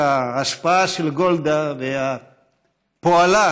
ההשפעה של גולדה ופועלה,